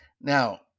Now